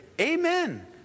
amen